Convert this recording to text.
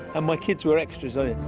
my kids were extras on